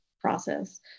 process